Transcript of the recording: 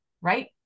right